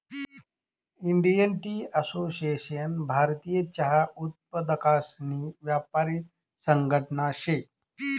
Indian tea association भारतीय चहा उत्पादकसनी यापारी संघटना शे